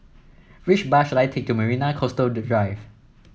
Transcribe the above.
which bus should I take to Marina Coastal Drive